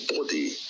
body